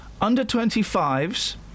under-25s